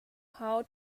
how